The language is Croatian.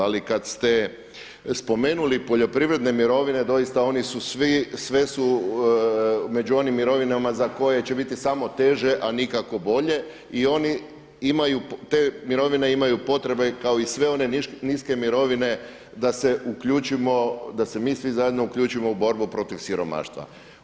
Ali kad ste spomenuli poljoprivredne mirovine doista oni su svi, sve su među onim mirovinama za koje će biti samo teže a nikako bolje i oni imaju, te mirovine imaju potrebe kako i sve one niske mirovine da se uključimo, da se mi svi zajedno uključimo u borbu protiv siromaštva.